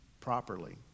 properly